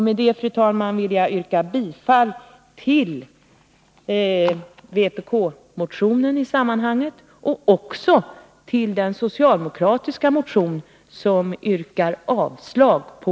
Med detta, fru talman, vill jag yrka bifall till reservation 2.